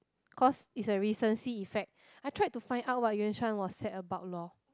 cause it's a recency effect I tried to find out what Yuan-Shan was said about lor